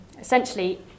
essentially